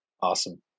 Awesome